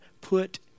put